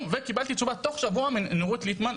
וקיבלתי תשובה תוך שבוע מנורית ליטמן,